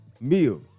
meal